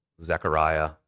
Zechariah